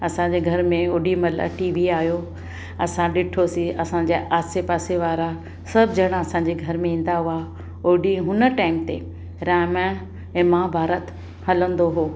असांजे घर में होॾीमहिल टी वी आयो असां ॾिठोसीं असांजे आसेपासे वारा सभु ॼणा असांजे घर में ईंदा हुआ ओॾी हुन टाइम ते रामायण ऐं महाभारत हलंदो हो